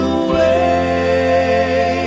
away